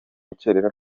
rukerera